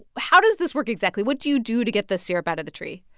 how does this work, exactly? what do you do to get the syrup out of the tree?